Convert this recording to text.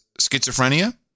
schizophrenia